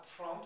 upfront